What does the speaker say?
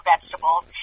vegetables